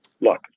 Look